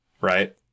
right